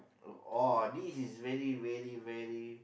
oh oh this is very very very